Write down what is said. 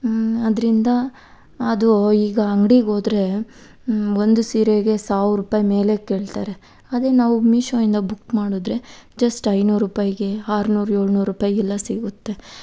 ಅದರಿಂದ ಅದು ಈಗ ಅಂಗಡಿಗೋದ್ರೆ ಒಂದು ಸೀರೆಗೆ ಸಾವಿರ ರೂಪಾಯಿ ಮೇಲೆ ಕೇಳ್ತಾರೆ ಅದೇ ನಾವು ಮೀಶೋಯಿಂದ ಬುಕ್ ಮಾಡಿದ್ರೆ ಜಸ್ಟ್ ಐನೂರು ರೂಪಾಯಿಗೆ ಆರ್ನೂರು ಏಳ್ನೂರು ರೂಪಾಯಿಗೆಲ್ಲ ಸಿಗುತ್ತೆ